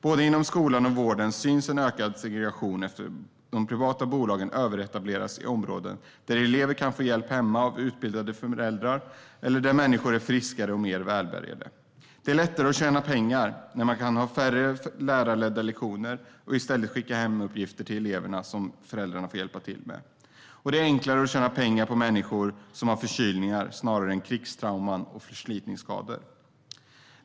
Både inom skolan och vården syns en ökad segregation eftersom de privata bolagen överetableras i områden där elever kan få hjälp hemma av utbildade föräldrar och där människor är friskare och mer välbärgade. Det är lättare att tjäna pengar när man kan ha färre lärarledda lektioner och i stället skicka hemuppgifter till eleverna som föräldrarna får hjälpa till med, och det är enklare att tjäna pengar på förkylningar än på krigstrauman och förslitningsskador.